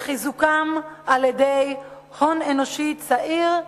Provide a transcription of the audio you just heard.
לחיזוקם על-ידי הון אנושי צעיר,